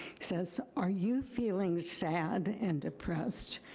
says, are you feeling sad and depressed,